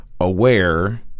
aware